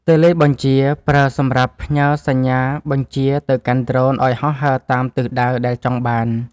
តេឡេបញ្ជា ប្រើសម្រាប់ផ្ញើសញ្ញាបញ្ជាទៅកាន់ដ្រូនឱ្យហោះហើរតាមទិសដៅដែលចង់បាន។